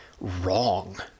wrong